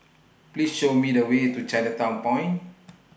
Please Show Me The Way to Chinatown Point